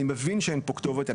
אני מבין שאין פה כתובת,